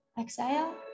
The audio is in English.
Exhale